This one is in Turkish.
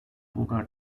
bulgar